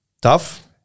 tough